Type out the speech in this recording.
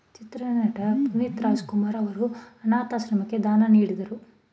ಚಿತ್ರನಟ ಪುನೀತ್ ರಾಜಕುಮಾರ್ ಅವರು ಅನಾಥಾಶ್ರಮಕ್ಕೆ ದಾನ ನೀಡಿದರು